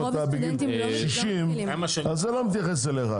אם אתה בגיל 60, זה לא מתייחס אליך.